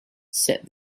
said